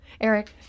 Eric